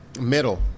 Middle